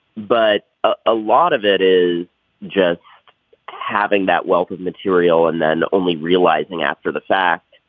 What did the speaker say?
but a lot of it is just having that wealth of material and then only realizing after the fact.